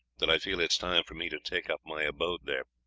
that i feel it is time for me to take up my abode there.